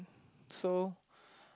so